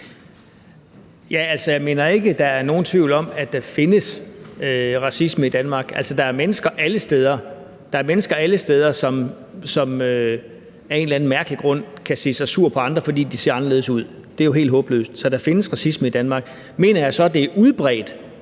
Jeg mener ikke, der er nogen tvivl om, at der findes racisme i Danmark. Der er mennesker alle steder, som af en eller anden mærkelig grund kan se sig sur på andre, fordi de ser anderledes ud, og det er jo helt håbløst. Så der findes racisme i Danmark. Mener jeg så, at det er udbredt?